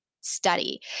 study